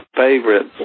favorite